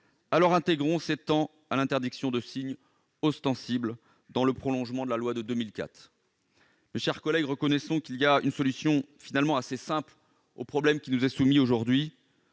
Alors, étendons à ces temps l'interdiction de signes ostensibles, dans le prolongement de la loi de 2004. Mes chers collègues, il y a une solution finalement assez simple au problème qui nous est soumis aujourd'hui